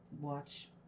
watch